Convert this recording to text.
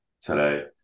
today